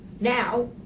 Now